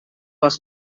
was